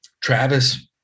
Travis